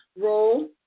role